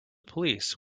police